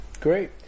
Great